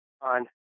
on